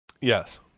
Yes